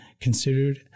considered